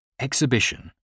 exhibition